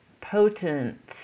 potent